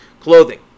clothing